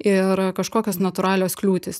ir kažkokios natūralios kliūtys